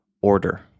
order